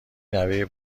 نوه